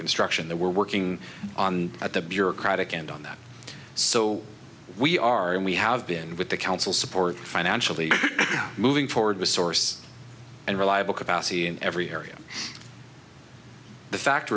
construction that we're working on at the bureaucratic and on that so we are and we have been with the council support financially moving forward with source and reliable capacity in every area the fact